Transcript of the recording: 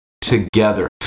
together